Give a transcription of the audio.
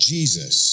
Jesus